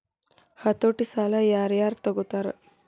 ಹತೋಟಿ ಸಾಲಾ ಯಾರ್ ಯಾರ್ ತಗೊತಾರ?